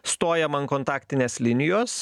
stoja man kontaktinės linijos